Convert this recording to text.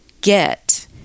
get